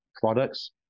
Products